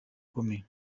akomeye